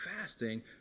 fasting